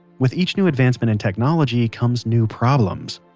with each new advancement in technology comes new problems.